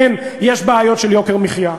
כן, יש בעיות של יוקר מחיה.